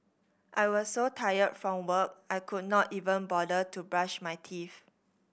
I was so tired from work I could not even bother to brush my teeth